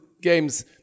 games